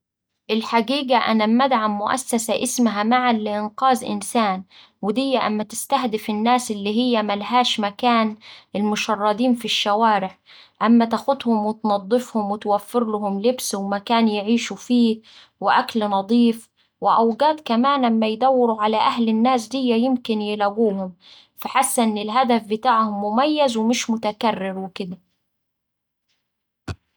الحقيقة أنا أما أدعم مؤسسة اسمها: معًا لإنقاذ إنسان، ودي اما تستهدف الناس اللي هي مالهاش مكان المشردين في الشوارع، بتاخدهم وتنضفهم وتوفرلهم لبس ومكان يعيشو فيه وأكل نضيف وأوقات كمان أما يدوروا على أهل الناس دي يمكن يلاقوهم. فحاسة إن الهدف بتاعهم مميز ومش متكرر وكدا.